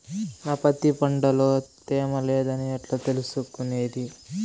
నా పత్తి పంట లో తేమ లేదని ఎట్లా తెలుసుకునేది?